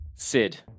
Sid